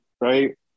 right